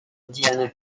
diana